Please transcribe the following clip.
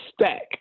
stack